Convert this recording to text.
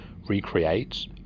recreates